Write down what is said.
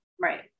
Right